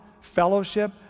fellowship